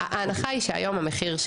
ההנחה שהמחיר היום,